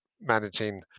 managing